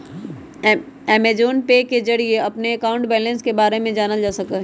Amazon Pay के जरिए अपन अकाउंट बैलेंस के बारे में जानल जा सका हई